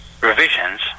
revisions